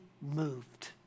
moved